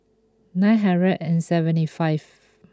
nine hundred and seventy five